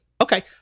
Okay